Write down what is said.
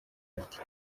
afite